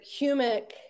humic